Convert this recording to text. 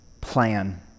plan